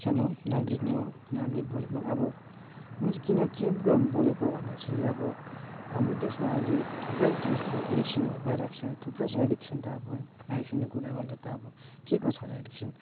सानो नागरिक नै हो नागरिक बोलेको अब म चाहिँ किन के गर्नु बोलेको भन्दा चाहिँ अब हाम्रो देशमा अहिले थुप्रै त्यो यस्तो एडिक्सनहरू भइरहेको छ थुप्रै छ एडिक्सन त अब है एडिक्सनको कुरा गर्दा त अब के को छ र एडिक्सन